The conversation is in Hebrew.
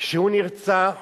כשהוא נרצח